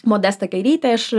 modestą kairytę iš